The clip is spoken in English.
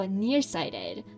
nearsighted